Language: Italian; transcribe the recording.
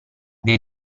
dei